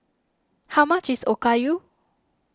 how much is Okayu